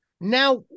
Now